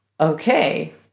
okay